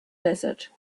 desert